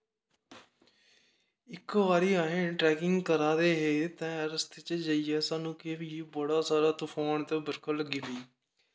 इक बारी असें ट्रैकिंग करा दे हे ते रस्ते च जाइयै सानूं केह् बड़ा सारा तफान ते बरखा लग्गी पेई